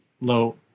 low